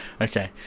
Okay